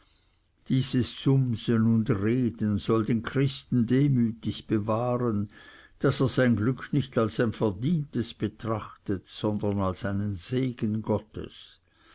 dieses sumsen und reden soll den christen demütig bewahren daß er sein glück nicht als ein verdientes betrachtet sondern als einen segen gottes